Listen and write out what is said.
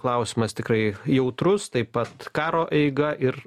klausimas tikrai jautrus taip pat karo eiga ir